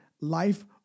life